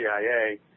CIA